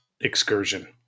excursion